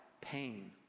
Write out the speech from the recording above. pain